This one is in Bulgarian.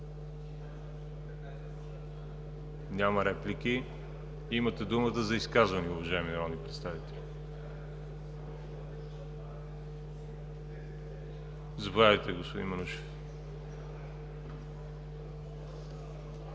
Няма реплики. Имате думата за изказване, уважаеми народни представители. Заповядайте, господин Манушев.